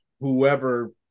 Whoever